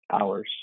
hours